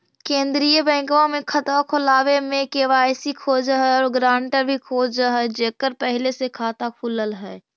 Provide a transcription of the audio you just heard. केंद्रीय बैंकवा मे खतवा खोलावे मे के.वाई.सी खोज है और ग्रांटर भी खोज है जेकर पहले से खाता खुलल है?